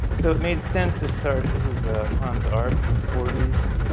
so it made sense to start. this is a hans arp from the forty s.